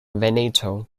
veneto